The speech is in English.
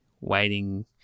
waiting